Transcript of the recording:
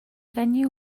venue